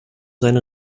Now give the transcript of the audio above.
seine